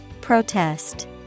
Protest